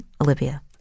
Olivia